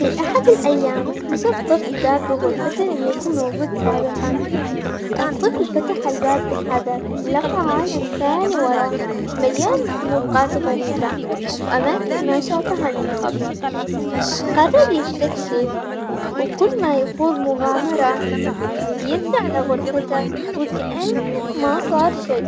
في أحد الأيام اكتشف طفل باب بغرفته لم يكون موجود سابقاً، الطفل فتح الباب بحذر لقى عالم ثاني وراه مليان مخلوقات غريبة، وأماكن ما شافها من قبل قرر يستكشف وكل ما يخوض مغامرة يرجع لغرفته وكأنه ما صار شي.